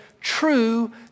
true